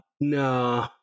No